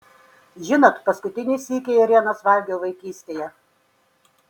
žinot paskutinį sykį ėrienos valgiau vaikystėje